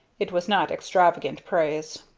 it was not extravagant praise.